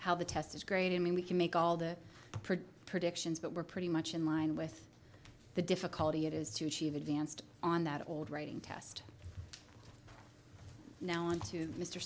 how the test is great i mean we can make all the predictions but we're pretty much in line with the difficulty it is to achieve advanced on that old writing test now and to mr